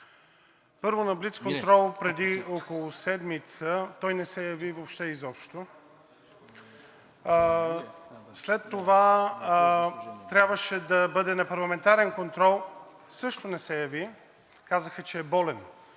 Първо, на блицконтрола преди около седмица той не се яви въобще, а след това трябваше да бъде на парламентарен контрол и също не се яви – казаха, че е болен.